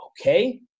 okay